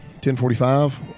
10.45